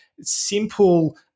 simple